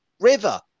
River